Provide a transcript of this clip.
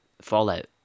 Fallout